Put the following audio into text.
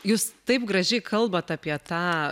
jūs taip gražiai kalbat apie tą